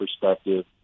perspective